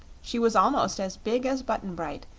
she was almost as big as button-bright,